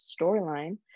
storyline